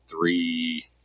three